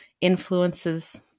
influences